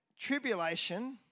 tribulation